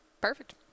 Perfect